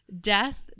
Death